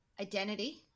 identity